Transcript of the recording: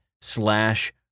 slash